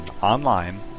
online